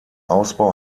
ausbau